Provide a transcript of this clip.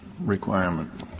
requirement